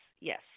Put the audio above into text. Yes